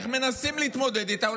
איך מנסים להתמודד איתה.